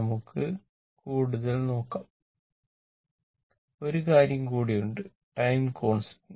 നമുക്ക് കൂടുതൽ നോക്കാം ഒരു കാര്യം കൂടി ഉണ്ട് ടൈം കോൺസ്റ്റന്റ്